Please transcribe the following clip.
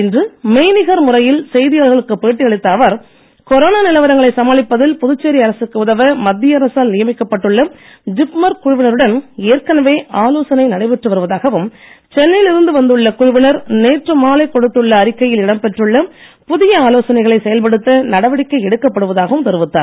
இன்று மெய்நிகர் முறையில் செய்தியாளர்களுக்கு பேட்டி அளித்த அவர் கொரோனா நிலவரங்களை சமாளிப்பதில் புதுச்சேரி அரசுக்கு உதவ மத்திய அரசால் நியமிக்கப் பட்டுள்ள ஜிப்மர் குழுவினருடன் ஏற்கனவே ஆலோசனை நடைபெற்ற வருவதாகவும் சென்னை யில் இருந்து வந்துள்ள குழுவினர் நேற்று மாலை கொடுத்துள்ள அறிக்கையில் இடம்பெற்றுள்ள புதிய ஆலோசனைகளை செயல்படுத்த நடவடிக்கை எடுக்கப் படுவதாகவும் தெரிவித்தார்